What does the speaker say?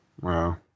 wow